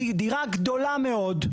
היא דירה גדולה מאוד.